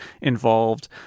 involved